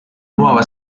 nuova